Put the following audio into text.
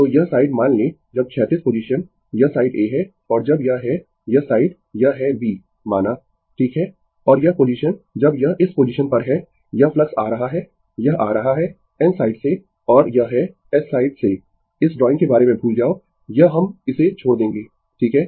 तो यह साइड मान लें जब क्षैतिज पोजीशन यह साइड A है और जब यह है यह साइड यह है B माना ठीक है और यह पोजीशन जब यह इस पोजीशन पर है यह फ्लक्स आ रहा है यह आ रहा है N साइड से और यह है S साइड से इस ड्राइंग के बारे में भूल जाओ यह हम इसे छोड़ देंगें ठीक है